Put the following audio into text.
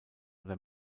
oder